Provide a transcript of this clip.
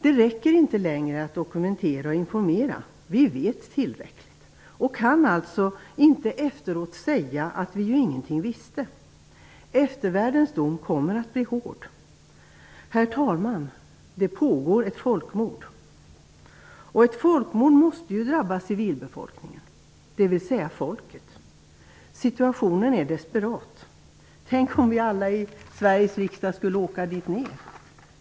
Det räcker inte längre att dokumentera och informera. Vi vet tillräckligt och kan alltså inte efteråt säga att vi ingenting visste. Eftervärldens dom kommer att bli hård. Herr talman! Det pågår ett folkmord, och ett folkmord måste drabba civilbefolkningen, dvs. folket. Situationen är desperat. Tänk om vi alla i Sveriges riksdag skulle åka dit ned!